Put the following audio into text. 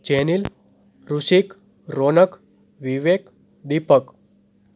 Chenil Rusik Ronak Vivek Deepak